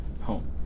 home